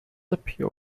appeal